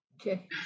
Okay